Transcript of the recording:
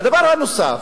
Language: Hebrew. והדבר הנוסף,